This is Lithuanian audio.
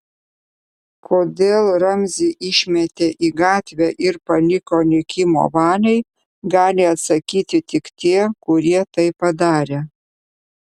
kodėl ramzį išmetė į gatvę ir paliko likimo valiai gali atsakyti tik tie kurie tai padarė